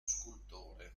scultore